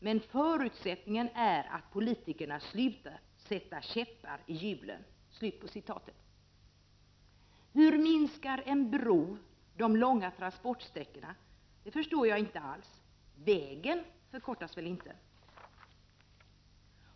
Men förutsättningen är att politikerna slutar sätta käppar i hjulen.” Hur minskar en bro de långa transportsträckorna? Det förstår jag inte alls — vägen förkortas väl inte?